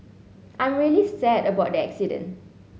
I'm really sad about the accident